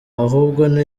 tubona